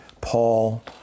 Paul